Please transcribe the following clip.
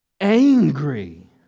angry